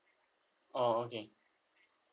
oh okay